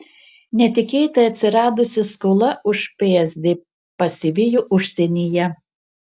netikėtai atsiradusi skola už psd pasivijo užsienyje